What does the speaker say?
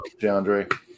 DeAndre